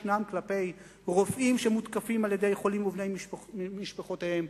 יש כלפי רופאים שמותקפים על-ידי חולים ובני משפחותיהם,